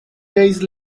days